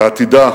לעתידה